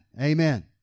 Amen